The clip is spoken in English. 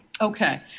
Okay